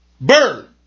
Bird